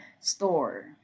store